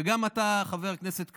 וגם אתה, חבר הכנסת קריב,